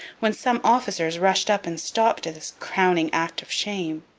when some officers rushed up and stopped this crowning act of shame.